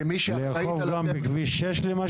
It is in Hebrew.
והגנים, כמי שאחראית --- לאכוף גם בכביש 6 למשל?